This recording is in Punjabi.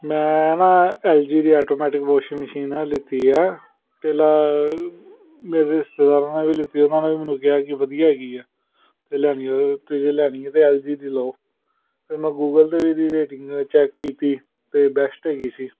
ਮੈਂ ਨਾ ਐੱਲ ਜੀ ਦੀ ਐਟੋਮੈਟਿਕ ਵੋਸ਼ਿੰਗ ਮਸ਼ੀਨ ਲਿੱਤੀ ਹੈ ਮੇਰੇ ਰਿਸ਼ਤੇਦਾਰਾਂ ਨੇ ਵੀ ਲਿੱਤੀ ਹੈ ਉਹਨਾਂ ਨੇ ਵੀ ਮੈਨੂੰ ਕਿਹਾ ਕਿ ਵਧੀਆ ਹੈਗੀ ਹੈ ਅਤੇ ਲੈਣੀ ਹੋਏ ਅਤੇ ਜੇ ਲੈਣੀ ਹੈ ਤਾਂ ਐੱਲ ਜੀ ਦੀ ਲਓ ਫਿਰ ਮੈਂ ਗੂਗਲ 'ਤੇ ਵੀ ਇਹਦੀ ਰੇਟਿੰਗ ਚੈੱਕ ਕੀਤੀ ਅਤੇ ਬੈਸਟ ਹੈਗੀ ਸੀ